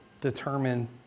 determine